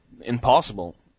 impossible